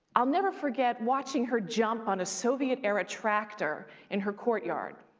i'll never forget watching her jump on a soviet-era tractor in her courtyard.